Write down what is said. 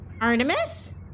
Artemis